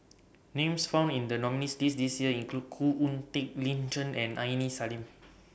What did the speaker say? Names found in The nominees' list This Year include Khoo Oon Teik Lin Chen and Aini Salim